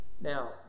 Now